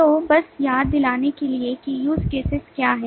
तो बस याद दिलाने के लिए कि use cases क्या हैं